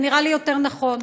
זה נראה לי יותר נכון.